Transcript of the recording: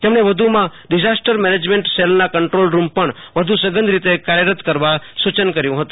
તેમને વધુમાં disaster management control room પણ વધુ સઘન રીતે કાર્યરત કરવા સુચન કર્યું હતું